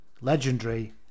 Legendary